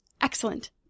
Excellent